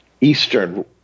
Eastern